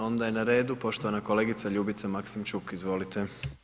Onda je na redu poštovana kolegica Ljubica Maksimčuk, izvolite.